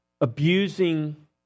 abusing